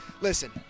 listen